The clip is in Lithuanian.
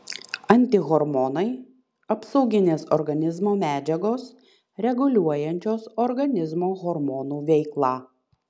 antihormonai apsauginės organizmo medžiagos reguliuojančios organizmo hormonų veiklą